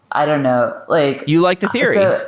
i don't know. like you like the theory. ah